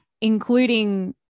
including